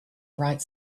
bright